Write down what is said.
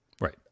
Right